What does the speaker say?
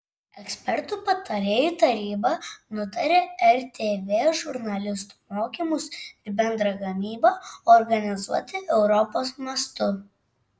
ekspertų patarėjų taryba nutarė rtv žurnalistų mokymus ir bendrą gamybą organizuoti europos mastu